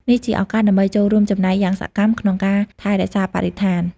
នេះជាឱកាសដើម្បីចូលរួមចំណែកយ៉ាងសកម្មក្នុងការថែរក្សាបរិស្ថាន។